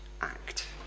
act